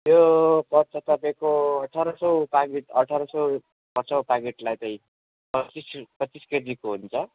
यो पर्छ तपाईँको अठार सय पाकिट अठार सय पर्छ हौ पाकेटलाई चाहिँ पच्चिस रु पच्चिस केजीको हुन्छ